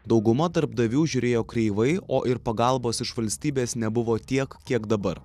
dauguma darbdavių žiūrėjo kreivai o ir pagalbos iš valstybės nebuvo tiek kiek dabar